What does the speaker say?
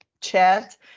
chat